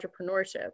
entrepreneurship